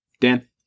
Dan